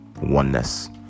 oneness